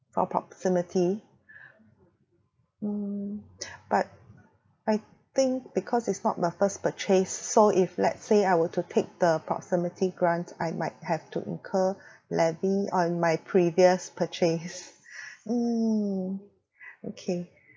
for proximity mm but I think because it's not the first purchase so if let's say I were to take the proximity grant I might have to incur levy on my previous purchase mm okay